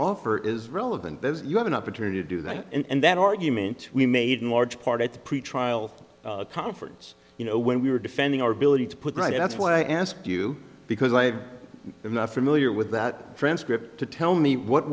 offer is relevant because you have an opportunity to do that and that argument we made in large part at the pretrial conference you know when we were defending our ability to put right that's what i asked you because i have enough familiar with that transcript to tell me what